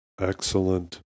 excellent